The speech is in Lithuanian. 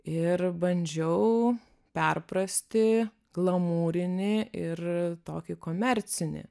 ir bandžiau perprasti glamūrinį ir tokį komercinį